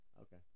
Okay